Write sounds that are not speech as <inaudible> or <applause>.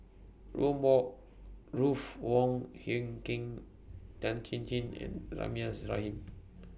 <unintelligible> Ruth Wong Hie King Tan Chin Chin and Rahimah Rahim